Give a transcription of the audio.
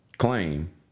claim